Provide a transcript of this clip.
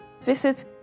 visit